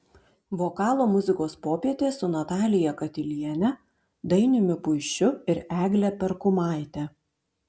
vokalo muzikos popietė su natalija katiliene dainiumi puišiu ir egle perkumaite